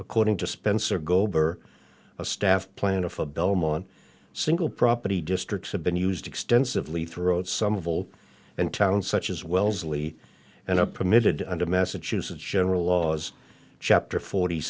according to spencer gober a staff plan of a belmont single property districts have been used extensively throughout some of old and towns such as wellesley and a permitted under massachusetts general laws chapter forty